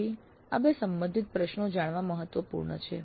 તેથી આ બે સંબંધિત પ્રશ્નો જાણવા મહત્વપૂર્ણ છે